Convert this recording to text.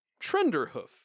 Trenderhoof